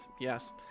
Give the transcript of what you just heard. yes